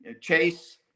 Chase